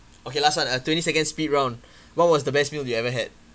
okay last one a twenty second speed round what was the best meal you ever had